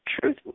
truth